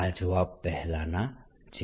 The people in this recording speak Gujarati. આ જવાબ પહેલાના જેવો છે